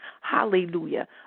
Hallelujah